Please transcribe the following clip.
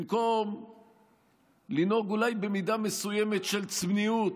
במקום לנהוג אולי במידה מסוימת של צניעות,